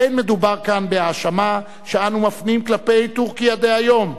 אין מדובר כאן בהאשמה שאנו מפנים כלפי טורקיה דהיום,